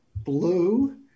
Blue